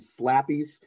slappies